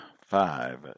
five